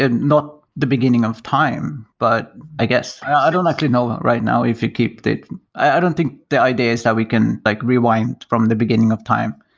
and not the beginning of time, but i guess i don't actually know right now if it keep i i don't think the idea is that we can like rewind from the beginning of time.